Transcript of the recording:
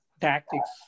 tactics